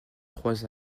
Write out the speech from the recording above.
trois